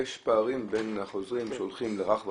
ישנם ארגונים שהפתרון שלהם זה פשוט לסגור את המערכת,